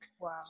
Wow